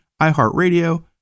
iHeartRadio